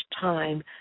time